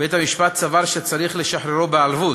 בית-המשפט סבר שצריך לשחררו בערבות,